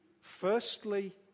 firstly